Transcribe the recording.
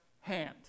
hand